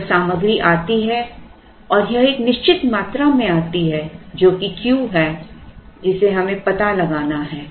जब सामग्री आती है और यह एक निश्चित मात्रा में आती है जो कि Q है जिसे हमें पता लगाना है